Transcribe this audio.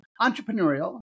entrepreneurial